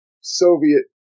Soviet